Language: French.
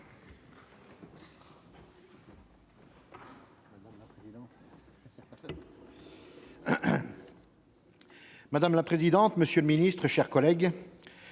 Madame la présidente, monsieur le ministre, chers collègues,